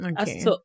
Okay